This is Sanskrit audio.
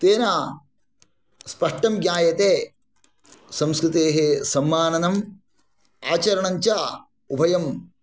तेन स्पष्टं ज्ञायते संस्कृतेः सम्माननम् आचरणञ्च उभयं